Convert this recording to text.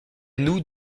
nous